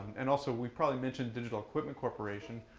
and also we probably mentioned digital equipment corporation.